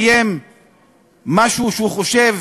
לקיים משהו שהוא חושב